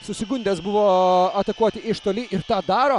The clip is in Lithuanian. susigundęs buvo atakuoti iš toli ir tą daro